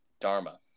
Dharma